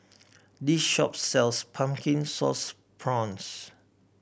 this shop sells Pumpkin Sauce Prawns